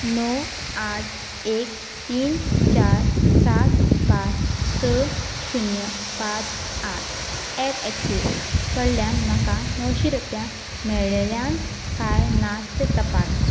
णव आठ एक तीन चार सात पांच स शुन्य पांच आठ ऐट एक्सीस कडल्यान म्हाका णवशीं रुपया मेळ्ळ्यात कांय ना तें तपास